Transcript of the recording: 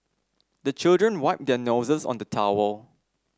the children wipe their noses on the towel